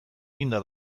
eginda